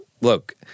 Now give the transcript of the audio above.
look